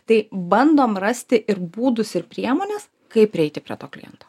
tai bandom rasti ir būdus ir priemones kaip prieiti prie to kliento